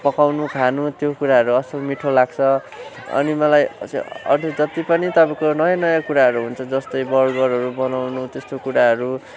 पकाउनु खानु त्यो कुराहरू असल मिठो लाग्छ अनि मलाई अझै अरू जति पनि तपाईँको नयाँ नयाँ कुराहरू हुन्छ जस्तै बर्गरहरू बनाउनु त्यस्तो कुराहरू